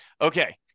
Okay